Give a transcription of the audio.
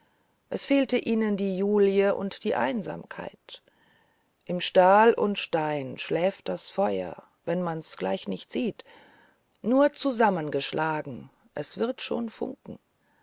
es fehlte ihnen die julie und die einsamkeit im stahl und stein schläft das feuer wenn man's gleich nicht sieht nur zusammengeschlagen es wird schon funkeln